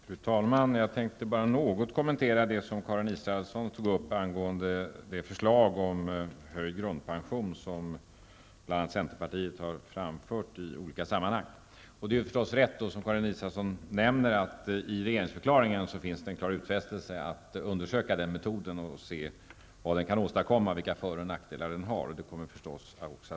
Fru talman! Jag vill något kommentera det som Karin Israelsson tog upp angående det förslag om höjd grundpension som bl.a. centerpartiet har framfört i olika sammanhang. Som Karin Israelsson sade är det förstås rätt att det i regeringsdeklarationen finns en utfästelse om att undersöka denna metod och se efter vad den kan åstadkomma och vilka för och nackdelar den har, vilket också kommer att förverkligas.